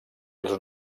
els